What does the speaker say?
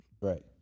Right